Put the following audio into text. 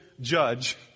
judge